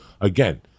again